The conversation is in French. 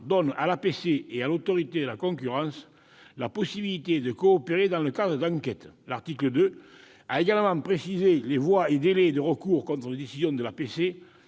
donnent à l'APC et à l'Autorité de la concurrence la possibilité de coopérer dans le cadre d'enquêtes. L'article 2 a également précisé les voies et délais de recours contre les décisions de l'APC,